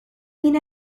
mean